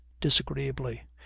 disagreeably